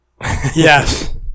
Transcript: Yes